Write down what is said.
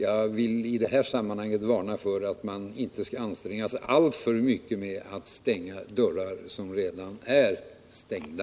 Jag vill i detta sammanhang varna för att man anstränger sig alltför mycket att stänga dörrar som redan är stängda.